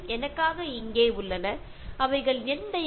അവർ എന്റെ കനിവിൽ ജീവിക്കുന്നവരാണ്